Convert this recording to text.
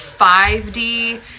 5D